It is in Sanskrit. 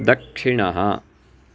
दक्षिणः